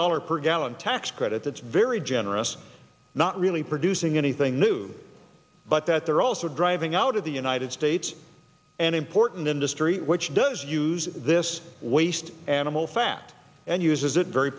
dollar per gallon tax credit that's very generous not really producing anything new but that they're also driving out of the united states an important industry which does use this waste animal fat and uses it very